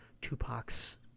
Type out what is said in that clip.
Tupac's